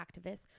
activists